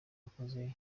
yakoze